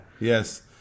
Yes